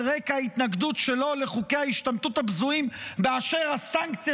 רקע ההתנגדות שלו לחוקי ההשתמטות הבזויים באשר הסנקציה